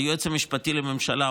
היועץ המשפטי לממשלה,